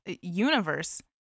universe